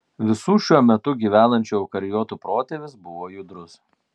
visų šiuo metu gyvenančių eukariotų protėvis buvo judrus